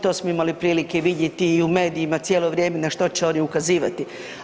To smo imali prilike vidjeti i u medijima cijelo vrijeme na što će oni ukazivati.